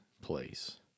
place